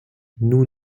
nous